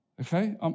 okay